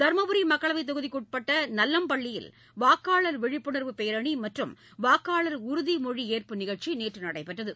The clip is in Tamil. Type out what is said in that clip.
தருமபுரி மக்களவைத் தொகுதிக்குட்பட்ட நல்லம்பள்ளியில் வாக்காளர் விழிப்புணர்வு பேரணி மற்றும் வாக்காளர் உறுதிமொழியேற்பு நிகழ்ச்சி நேற்று நடைபெற்றது